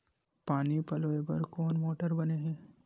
पानी पलोय बर कोन मोटर बने हे?